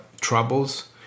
troubles